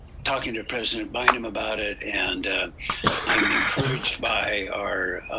talking to president bynum about it and i'm encouraged by our